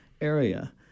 area